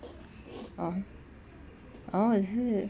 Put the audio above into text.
orh is it